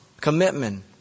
commitment